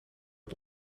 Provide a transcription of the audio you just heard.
het